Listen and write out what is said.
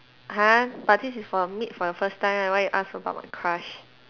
!huh! but this is for meet for the first time why you ask about my crush